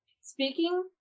Speaking